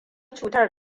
cutar